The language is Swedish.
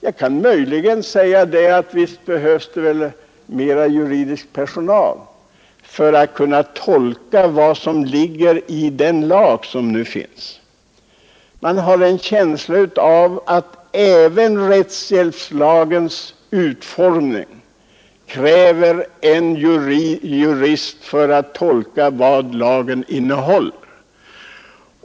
Jag kan möjligen säga att visst behövs det väl mera juridisk personal för att kunna tolka vad som ligger i den lag som nu föreslås. Man har en känsla av att även rättshjälpslagens utformning kräver en jurist för att tolka vad lagen innehåller.